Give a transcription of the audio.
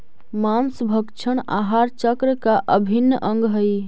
माँसभक्षण आहार चक्र का अभिन्न अंग हई